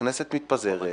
הכנסת מתפזרת.